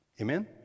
Amen